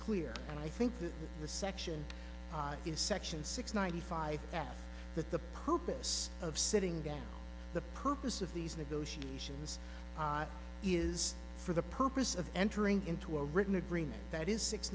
clear and i think that the section in section six ninety five that that the purpose of sitting down the purpose of these negotiations is for the purpose of entering into a written agreement that is six